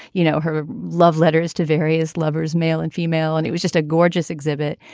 you know, her love letters to various lovers, male and female. and it was just a gorgeous exhibit.